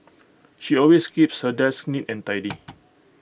she always keeps her desk neat and tidy